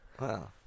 Wow